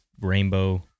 rainbow